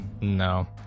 No